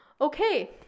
okay